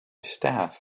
staff